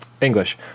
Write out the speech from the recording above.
English